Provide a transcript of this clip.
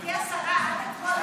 גברתי השרה, עד אתמול,